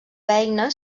beina